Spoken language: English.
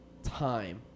time